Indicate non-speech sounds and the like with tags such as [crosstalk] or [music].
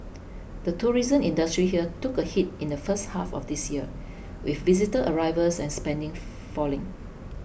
the tourism industry here took a hit in the first half of this year with visitor arrivals and spending [noise] falling